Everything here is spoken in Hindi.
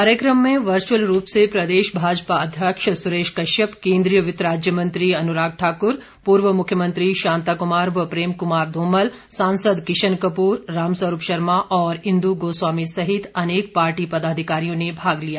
कार्यक्रम में वचुअल रूप से प्रदेश भाजपा अध्यक्ष सुरेश कश्यप केन्द्रीय वित्त राज्य मंत्री अनुराग ठाकुर पूर्व मुख्यमंत्री शांता कुमार व प्रेम कुमार धूमल सांसद किशन कपूर रामस्वरूप शर्मा और इंदु गोस्वामी सहित अनेक पार्टी पदाधिकारियों ने भाग लिया